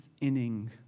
inning